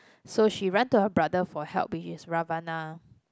so she run to her brother for help which is Ravana